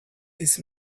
this